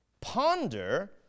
Ponder